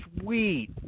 Sweet